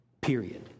period